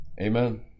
amen